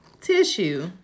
tissue